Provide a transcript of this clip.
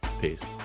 Peace